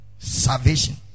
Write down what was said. salvation